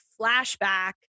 flashback